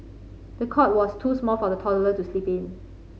the cot was too small for the toddler to sleep in